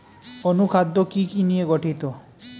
অনুখাদ্য কি কি নিয়ে গঠিত?